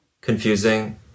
Confusing